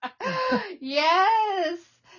Yes